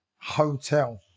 hotel